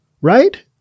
right